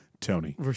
Tony